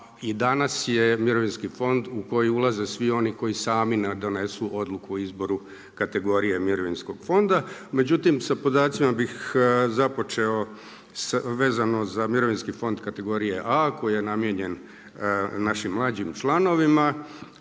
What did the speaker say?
danas je mirovinski fond u koji ulaze svi oni koji sami donesu odluku o izboru kategorije mirovinskog fonda. Međutim, sa podacima bih započeo vezano za mirovinski fond kategorije A koji je namijenjen našim mlađim članovima,